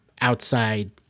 outside